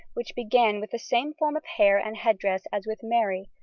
which began with the same form of hair and head-dress as with mary,